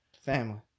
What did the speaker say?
family